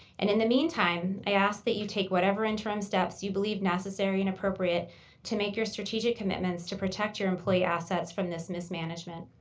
and in the meantime, i ask that you take whatever interim steps you believe necessary and appropriate to make your strategic commitments to protect your employee assets from this mismanagement.